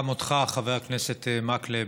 גם אותך, חבר הכנסת מקלב,